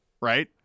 right